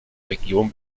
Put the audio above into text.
region